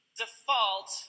default